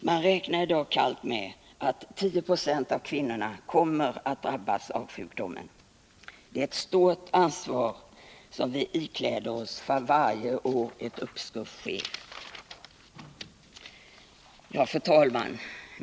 Man räknar i dag kallt med att 10 220 av kvinnorna kommer att drabbas av sjukdomen. Det är ett stort ansvar vi ikläder oss för varje år ett uppskov sker. Fru talman!